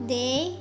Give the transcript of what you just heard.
day